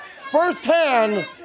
firsthand